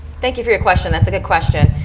thank you for your question. that's a good question.